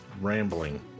rambling